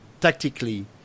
tactically